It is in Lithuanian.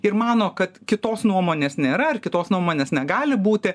ir mano kad kitos nuomonės nėra ar kitos nuomonės negali būti